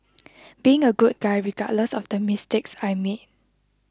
being a good guy regardless of the mistakes I made